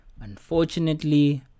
Unfortunately